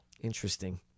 Interesting